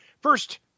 first